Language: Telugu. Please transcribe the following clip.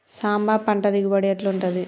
సాంబ పంట దిగుబడి ఎట్లుంటది?